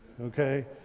okay